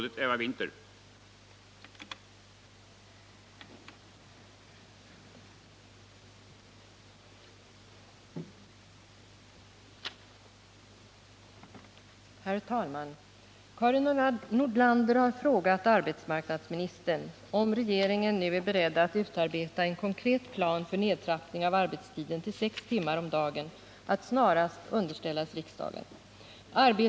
Om införande av